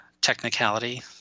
technicality